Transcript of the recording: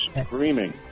screaming